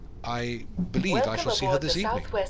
i believe i shall see her this evening,